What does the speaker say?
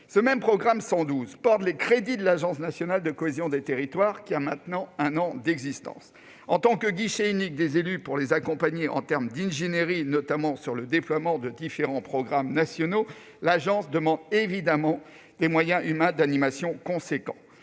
ce même programme 112 les crédits de l'Agence nationale de la cohésion des territoires, qui a maintenant un an d'existence. En tant que guichet unique chargé de l'accompagnement en ingénierie des élus, notamment pour le déploiement de différents programmes nationaux, l'Agence demande évidemment des moyens humains importants.